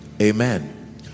Amen